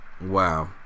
Wow